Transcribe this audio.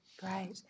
Great